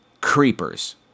Creepers